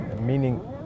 meaning